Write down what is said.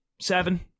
seven